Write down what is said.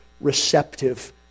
receptive